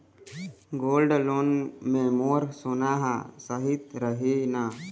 Gold loan मे मोर सोना हा सइत रही न?